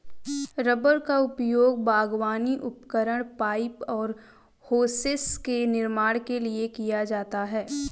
rubber का उपयोग बागवानी उपकरण, पाइप और होसेस के निर्माण के लिए किया जाता है